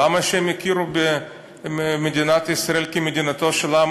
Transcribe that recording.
למה שהם יכירו במדינת ישראל כמדינתו של העם